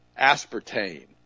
aspartame